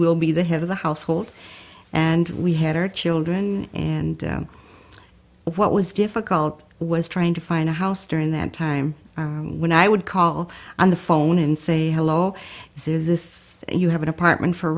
will be the head of the household and we had our children and what was difficult was trying to find a house during that time when i would call on the phone and say hello this is this you have an apartment for